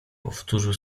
powtórzył